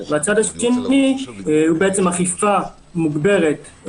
והצד השני הוא בעצם אכיפה מוגברת,